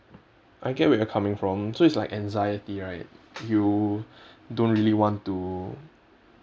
I get where you're coming from so it's like anxiety right you don't really want to